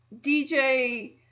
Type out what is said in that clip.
DJ